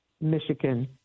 Michigan